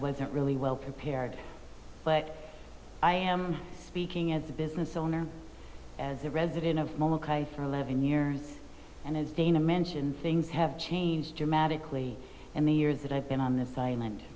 wasn't really well prepared but i am speaking as a business owner as a resident of for eleven years and as dana mentioned things have changed dramatically in the years that i've been on this island